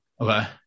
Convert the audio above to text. Okay